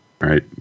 Right